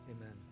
Amen